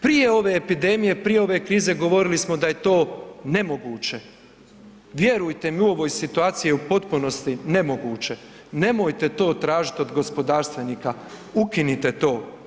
Prije ove epidemije, prije ove krize govorili smo da je to nemoguće, vjerujte mi u ovoj situaciji je u potpunosti nemoguće, nemojte to tražiti od gospodarstvenika, ukinite to.